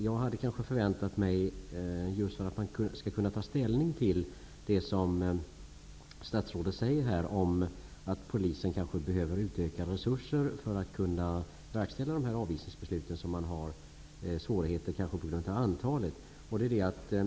Jag hade kanske förväntat mig att man skall kunna ta ställning till det som statsrådet säger om att polisen kanske behöver utökade resurser för att kunna verkställa de avvisningsbeslut som är svåra att verkställa, kanske på grund av antalet.